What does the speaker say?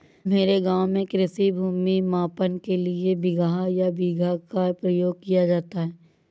मेरे गांव में कृषि भूमि मापन के लिए बिगहा या बीघा का प्रयोग किया जाता है